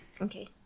Okay